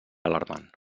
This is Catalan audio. alarmant